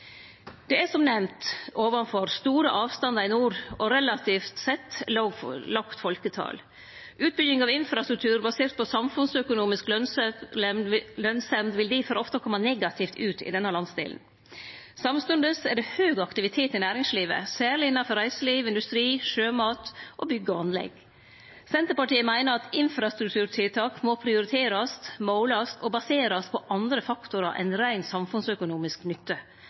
Det er som nemnt store avstandar i nord og relativt sett lågt folketal. Utbygging av infrastruktur basert på samfunnsøkonomisk lønnsemd vil difor ofte kome negativt ut i denne landsdelen. Samstundes er det høg aktivitet i næringslivet, særleg innanfor reiseliv, industri, sjømat og bygg og anlegg. Senterpartiet meiner at infrastrukturtiltak må prioriterast, målast og baserast på andre faktorar enn rein samfunnsøkonomisk nytte.